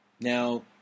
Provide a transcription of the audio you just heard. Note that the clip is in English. Now